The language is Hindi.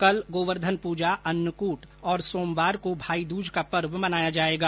कल गोवर्धन पूजा अन्नकूट और सोमवार को भाईदूज का पर्व मनाया जाएगा